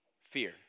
fear